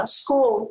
school